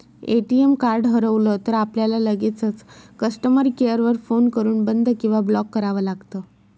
ATM card हरवलं तर, आपल्याला लगेचच कस्टमर केअर वर फोन करून बंद किंवा ब्लॉक करावं लागतं